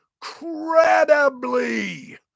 credibly